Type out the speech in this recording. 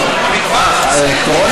אלקטרונית?